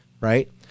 right